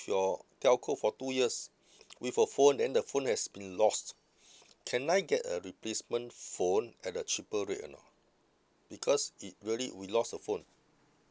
your telco for two years with a phone then the phone has been lost can I get a replacement phone at the cheaper rate or not because it really we lost the phone